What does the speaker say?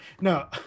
no